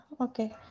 Okay